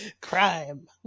crime